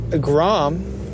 Grom